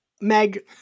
Meg